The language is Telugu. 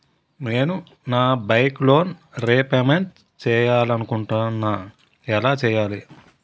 నేను నా బైక్ లోన్ రేపమెంట్ చేయాలనుకుంటున్నా ఎలా చేయాలి?